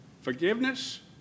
forgiveness